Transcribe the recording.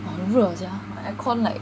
!wah! 热 sia the aircon like